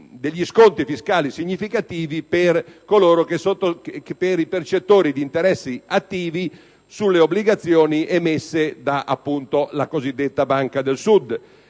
degli sconti fiscali significativi per i percettori di interessi attivi sulle obbligazioni emesse dalla cosiddetta Banca del Sud.